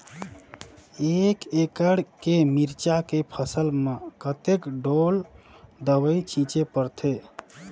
एक एकड़ के मिरचा के फसल म कतेक ढोल दवई छीचे पड़थे?